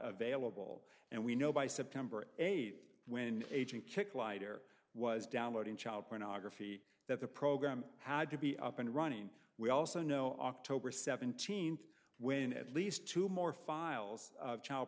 available and we know by september eighth when agent kick lighter was downloading child pornography that the program had to be up and running we also know october seventeenth when at least two more files child